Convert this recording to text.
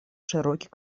широкий